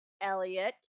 Elliot